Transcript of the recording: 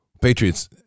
Patriots